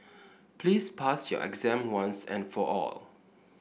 please pass your exam once and for all